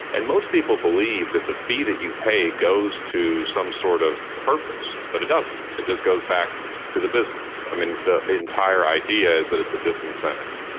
and most people believe that the fee that you pay goes to some sort of purpose, but it doesn't. it just goes back to the business. i mean the entire idea is that it's a disincentive.